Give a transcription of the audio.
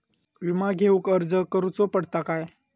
विमा घेउक अर्ज करुचो पडता काय?